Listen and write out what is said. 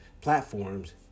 platforms